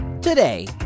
Today